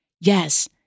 Yes